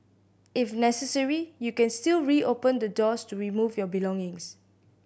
if necessary you can still reopen the doors to remove your belongings